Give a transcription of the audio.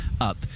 up